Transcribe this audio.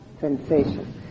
Sensation